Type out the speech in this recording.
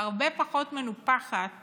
הרבה פחות מנופחת